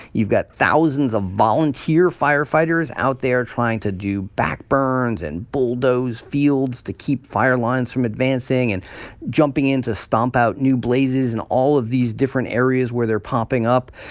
you've got thousands of volunteer firefighters out there trying to do backburns and bulldoze fields to keep fire lines from advancing and jumping in to stomp out new blazes in all of these different areas where they're popping up.